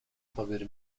haberi